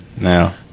now